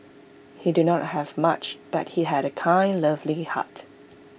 he did not have much but he had A kind lovely heart